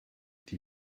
die